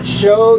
show